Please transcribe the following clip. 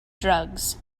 drugs